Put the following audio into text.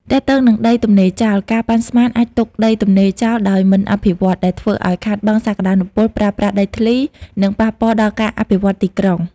ទាក់ទងនិងដីទំនេរចោល ការប៉ាន់ស្មានអាចទុកដីទំនេរចោលដោយមិនអភិវឌ្ឍន៍ ដែលធ្វើឲ្យខាតបង់សក្តានុពលប្រើប្រាស់ដីធ្លី និងប៉ះពាល់ដល់ការអភិវឌ្ឍទីក្រុង។